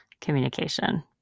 communication